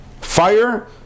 fire